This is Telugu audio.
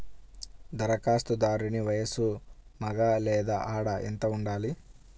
ధరఖాస్తుదారుని వయస్సు మగ లేదా ఆడ ఎంత ఉండాలి?